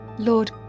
Lord